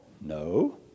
No